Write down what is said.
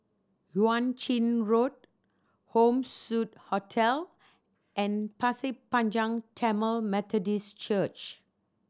Yuan Ching Road Home Suite Hotel and Pasir Panjang Tamil Methodist Church